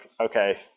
okay